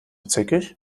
zickig